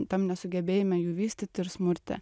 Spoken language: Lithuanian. tam nesugebėjime jų vystyt ir smurte